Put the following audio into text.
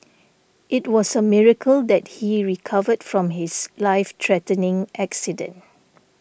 it was a miracle that he recovered from his life threatening accident